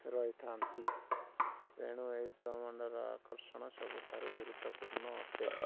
ରହିଥାନ୍ତି ତେଣୁ ଏଇ ବ୍ରହ୍ମାଣ୍ଡର ଆକର୍ଷଣ ସବୁଠାରୁ ଗୁରୁତ୍ୱପୂର୍ଣ୍ଣ ଅଟେ